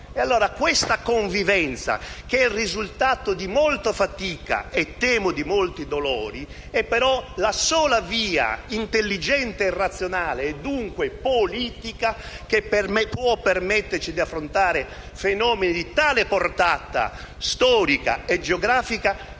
questa convivenza, che è il risultato di molta fatica e, temo, di molti dolori, è pero la sola via intelligente e razionale e, dunque, politica che, per me, può permetterci di affrontare fenomeni di tale portata storica e geografica